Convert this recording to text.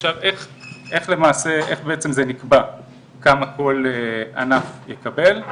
עכשיו איך בעצם זה נקבע כמה כל ענף יקבל.